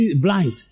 blind